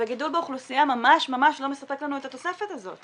וגידול באוכלוסייה ממש לא מספק לנו את התוספת הזאת.